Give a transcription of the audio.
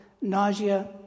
Nausea